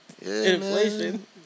Inflation